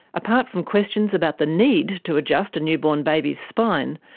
apart from questions about the need to adjust a newborn baby's spine,